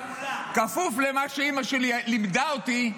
כפוף למה שאימא שלי לימדה אותי,